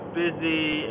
busy